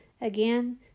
Again